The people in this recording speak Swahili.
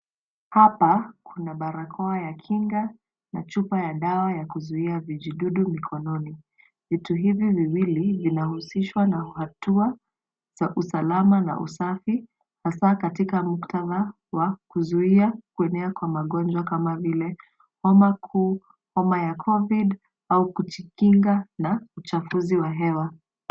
Hapa, kuna barakoa ya kinga, na chupa ya dawa ya kuzuia vijidudu mikononi .Vitu hivyo viwili, vinahusishwa na hatua za usalama na usafi, hasa katika muktadha wa kuzuia kuenea kwa magonjwa kama vile omakuu, homa ya covid ,au kujikinga na uchaguzi wa hewa.